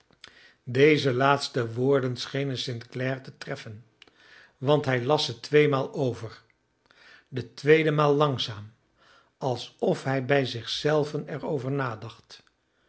deze laatste woorden schenen st clare te treffen want hij las ze tweemaal over de tweede maal langzaam alsof hij bij zich zelven er over nadacht